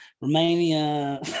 Romania